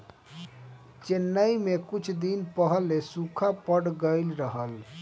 चेन्नई में कुछ दिन पहिले सूखा पड़ गइल रहल